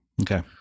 Okay